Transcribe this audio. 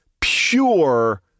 pure